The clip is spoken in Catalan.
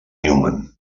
newman